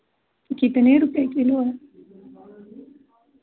कितने रुपये किलो है